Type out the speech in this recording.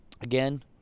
again